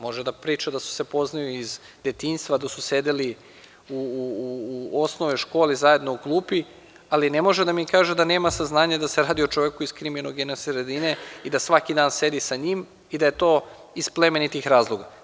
Može da priča da se poznaju iz detinjstva, da su sedeli u osnovnoj školi zajedno u klupi, ali ne može da mi kaže da nema saznanja da se radi o čoveku koji je iz kriminogene sredine i da svaki dan sedi sa njim i da je to iz plemenitih razloga.